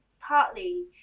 partly